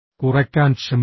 കുറയ്ക്കാൻ ശ്രമിക്കുക